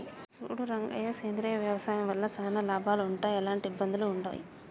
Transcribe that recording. సూడు రంగయ్య సేంద్రియ వ్యవసాయం వల్ల చానా లాభాలు వుంటయ్, ఎలాంటి ఇబ్బందులూ వుండయి